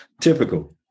typical